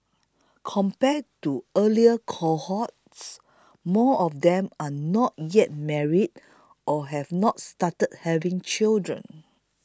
compared to earlier cohorts more of them are not yet married or have not started having children